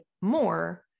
more